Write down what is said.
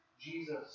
Jesus